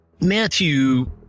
Matthew